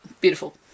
Beautiful